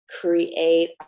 create